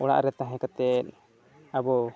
ᱚᱲᱟᱜ ᱨᱮ ᱛᱟᱦᱮᱸ ᱠᱟᱛᱮᱫ ᱟᱵᱚ